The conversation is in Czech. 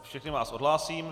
Všechny vás odhlásím.